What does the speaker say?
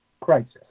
crisis